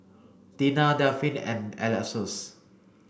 Deena Delphin and Alexus